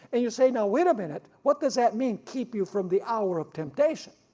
and you say now wait a minute what does that mean keep you from the hour of temptation.